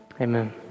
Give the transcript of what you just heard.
Amen